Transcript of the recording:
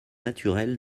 naturel